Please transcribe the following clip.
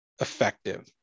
effective